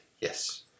yes